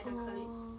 orh